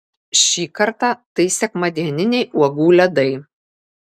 šį kartą tai sekmadieniniai uogų ledai